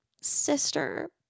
sister